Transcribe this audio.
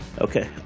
okay